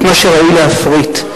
את מה שראוי להפריט.